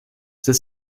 the